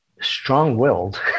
strong-willed